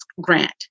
grant